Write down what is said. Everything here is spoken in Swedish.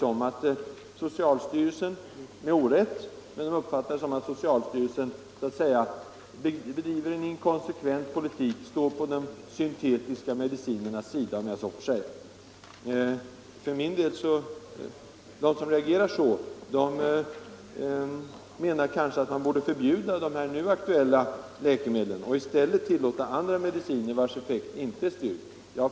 De kan —- om än med orätt — uppfatta det så att socialstyrelsen bedriver en inkonsekvent politik och står på de syntetiska medicinernas sida, så att säga. De som reagerar så menar kanske att man borde förbjuda de nu aktuella läkemedlen, och i stället tillåta andra mediciner vilkas effekt inte är styrkt.